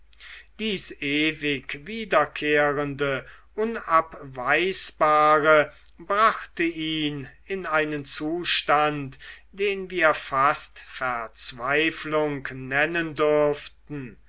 dies ewig wiederkehrende unabweisbare brachte ihn in einen zustand den wir fast verzweiflung nennen dürften